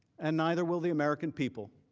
and neither will the american people.